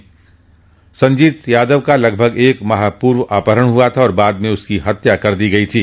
गौरतलब है कि संजीत यादव की लगभग एक माह पूर्व अपहरण हुआ था और बाद में उसकी हत्या कर दी गई थी